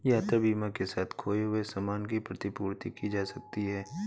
यात्रा बीमा के साथ खोए हुए सामान की प्रतिपूर्ति की जा सकती है